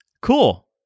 Cool